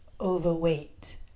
overweight